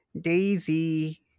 Daisy